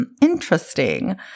interesting